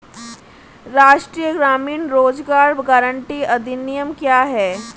राष्ट्रीय ग्रामीण रोज़गार गारंटी अधिनियम क्या है?